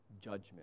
judgment